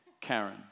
Karen